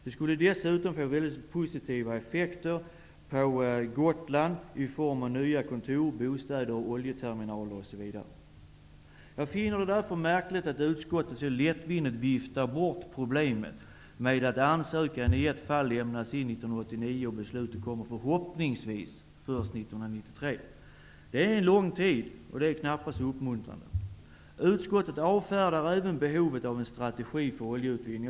Det skulle dessutom få mycket positiva effekter för Gotland i form av nya kontor, bostäder, oljeterminaler osv. Jag finner det därför märkligt att utskottet så lättvindigt viftar bort problemet. Ansökan lämndes i ett fall in 1989, och beslutet kommer förhoppningsvis först 1993. Det är en lång tid, och det är knappast uppmuntrande. Utskottet avfärdar även behovet av en strategi för oljeutvinning.